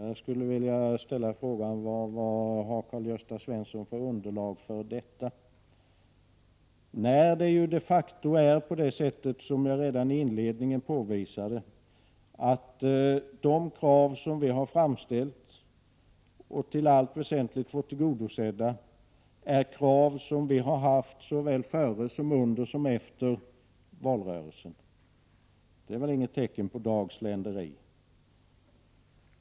Jag skulle vilja fråga vilket underlag Karl-Gösta Svenson har för detta. Det är de facto på det sättet, som jag redan i mitt inledningsanförande påvisade, att de krav som vi framställt, och i allt väsentligt fått tillgodosedda, har vi haft såväl före som under och efter valrörelsen. Det är väl inget tecken på dagsländeri.